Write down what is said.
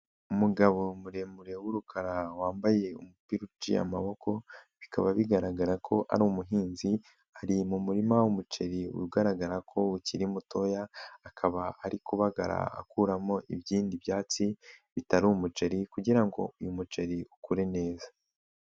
Umugabo muremure w'urukara wambaye umupira uciye amaboko. Bikaba bigaragara ko ari umuhinzi. Ari mu murima w'umuceri ugaragara ko ukiri mutoya. Akaba ari kubagara akuramo ibindi byatsi bitari umuceri kugira ngo umuceri ukure neza.